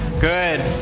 Good